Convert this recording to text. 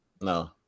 No